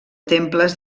temples